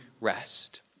rest